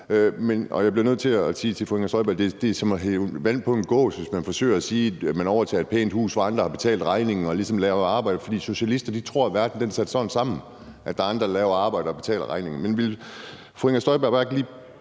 Jeg bliver nødt til at sige til fru Inger Støjberg, at det er som at hælde vand på en gås, hvis man forsøger at sige det til dem. Man overtager et pænt hus, hvor andre har betalt regningen og ligesom lavet arbejdet, for socialister tror, at verden er skruet sådan sammen, at det er andre, der skal lave arbejdet og betale regningen. Men vil fru Inger Støjberg ikke bare lige